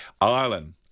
Ireland